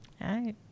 right